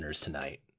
tonight